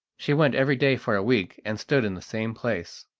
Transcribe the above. she went every day for a week, and stood in the same place.